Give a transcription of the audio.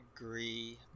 agree